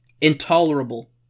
intolerable